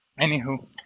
anywho